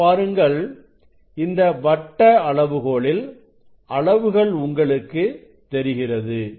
இங்கே பாருங்கள் இந்த வட்ட அளவுகோலில் அளவுகள் உங்களுக்கு தெரிகிறது